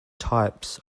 types